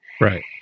Right